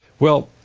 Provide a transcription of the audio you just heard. well,